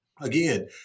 again